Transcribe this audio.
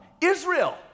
Israel